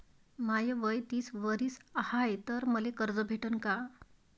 माय वय तीस वरीस हाय तर मले कर्ज भेटन का?